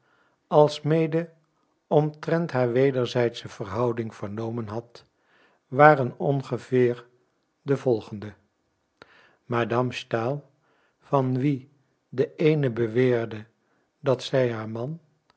alsmede omtrent haar wederzijdsche verhouding vernomen had waren ongeveer de volgende madame stahl van wie de een beweerde dat zij haar man